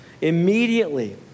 Immediately